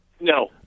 No